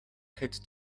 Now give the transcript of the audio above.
had